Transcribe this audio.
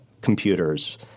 computers